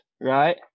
right